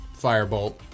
firebolt